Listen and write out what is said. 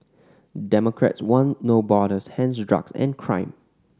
democrats want No Borders hence drugs and crime